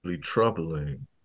troubling